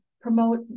promote